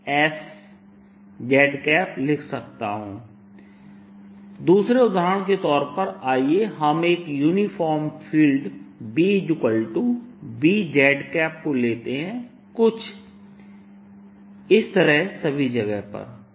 A 02πlog s z दूसरे उदाहरण के तौर पर आइए हम एक यूनिफॉर्म फील्ड BB z को लेते हैं कुछ इस तरह सभी जगह पर